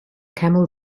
camel